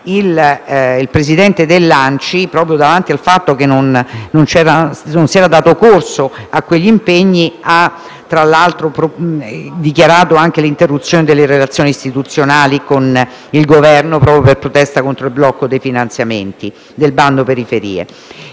il presidente dell'ANCI, proprio davanti al fatto che non si era dato corso a quegli impegni, ha tra l'altro dichiarato l'interruzione delle relazioni istituzionali con il Governo, proprio per protesta contro il blocco dei finanziamenti del bando periferie.